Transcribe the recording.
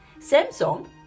Samsung